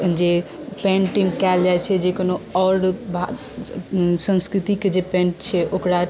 जे पेन्टिंग कयल जाइत छै जे कोनो आओर भाग संस्कृतिके जे पेण्ट छै ओकरा